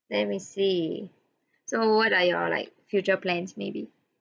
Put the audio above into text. let me see so what are your like future plans maybe